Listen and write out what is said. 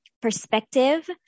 Perspective